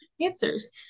answers